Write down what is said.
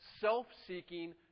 self-seeking